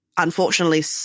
Unfortunately